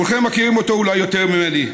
כולכם מכירים אותו פה אולי יותר ממני,